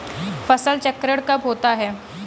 फसल चक्रण कब होता है?